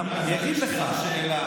זה היה פחות שני שלישים בנושא,